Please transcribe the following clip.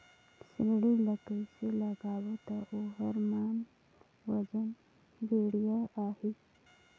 जोणी ला कइसे लगाबो ता ओहार मान वजन बेडिया आही?